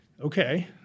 okay